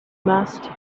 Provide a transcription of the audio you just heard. must